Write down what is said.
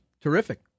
Terrific